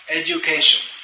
education